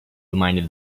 reminded